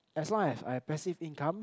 as long as I passive income